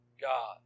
God